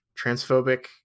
transphobic